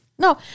No